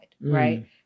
right